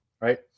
right